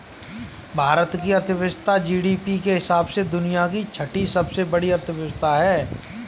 भारत की अर्थव्यवस्था जी.डी.पी के हिसाब से दुनिया की छठी सबसे बड़ी अर्थव्यवस्था है